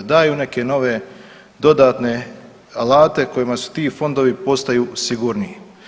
Daju neke nove dodatne alate kojima su ti fondovi postaju sigurniji.